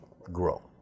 grow